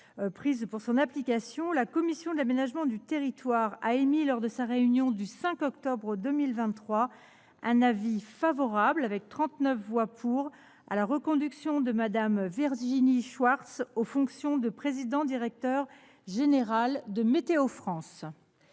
prises pour son application, la commission de l’aménagement du territoire et du développement durable a émis, lors de sa réunion du 5 octobre 2023, un avis favorable, avec 39 voix pour, à la reconduction de Mme Virginie Schwarz aux fonctions de présidente-directrice générale de Météo-France.